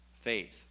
faith